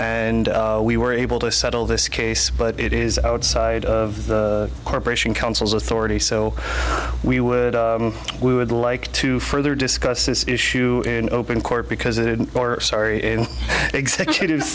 and we were able to settle this case but it is outside of the corporation counsel's authority so we were we would like to further discuss this issue in open court because it sorry in executive